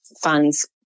funds